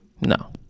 No